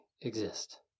exist